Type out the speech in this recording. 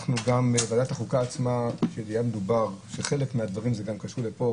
היה מדובר שחלק מהדברים זה גם קשור לפה,